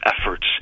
efforts